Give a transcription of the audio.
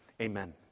Amen